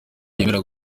yemera